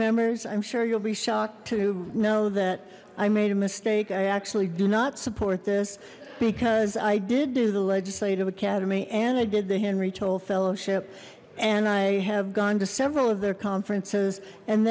members i'm sure you'll be shocked to know that i made a mistake i actually do not support this because i did do the legislative academy and i did the henry told fellowship and i have gone to several of their conferences and